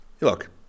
look